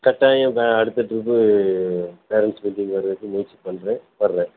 கட்டாயம் அடுத்த trip parents meeting வர்றதுக்கு முயற்சி பண்ணுறேன் வர்றேன்